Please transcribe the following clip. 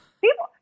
people